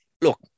look